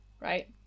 right